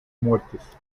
muertes